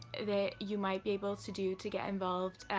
that you might be able to do to get involved,